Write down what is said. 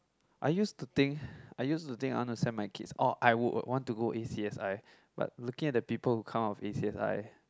I used to think I used to think I wanna send my kids or I would want to go a_c_s_i but looking at the people who come out of a_c_s_i